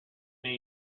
new